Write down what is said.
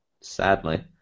Sadly